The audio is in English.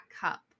cup